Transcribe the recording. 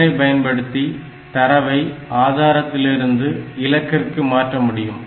இதனை பயன்படுத்தி தரவை ஆதாரத்திலிருந்து இலக்கிற்கு மாற்ற முடியும்